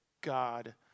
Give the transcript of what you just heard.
God